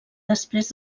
després